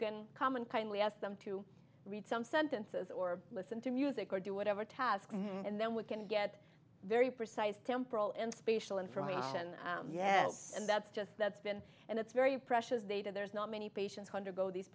can come and kindly ask them to read some sentences or listen to music or do whatever task and then we can get very precise temporal and spatial information yes and that's just that's been and it's very precious data there's not many patients who undergo these